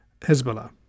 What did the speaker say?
Hezbollah